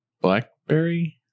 Blackberry